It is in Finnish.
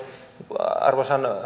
arvoisan